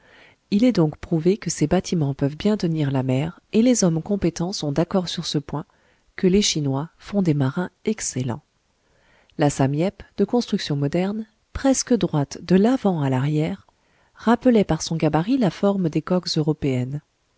il est donc prouvé que ces bâtiments peuvent bien tenir la mer et les hommes compétents sont d'accord sur ce point que les chinois font des marins excellents la sam yep de construction moderne presque droite de l'avant à l'arrière rappelait par son gabarit la forme des coques européennes